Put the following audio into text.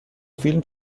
فیلم